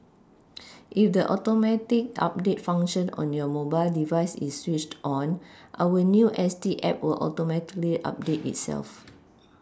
if the Automatic update function on your mobile device is switched on our new S T app will Automatically update itself